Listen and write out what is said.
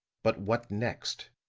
but what next?